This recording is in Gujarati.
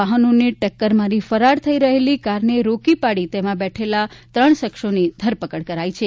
વાહનોને ટક્કર મારી ફરાર થઈ રહેલી કારને રોકી પાડી તેમાં બેઠેલા ત્રણ શખ્સની ધરપકડ કરાઈ છે